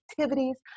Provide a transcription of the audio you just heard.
activities